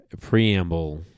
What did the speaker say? preamble